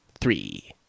three